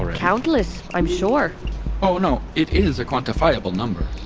and countless, i'm sure oh no, it is a quantifiable number